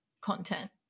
content